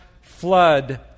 flood